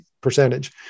percentage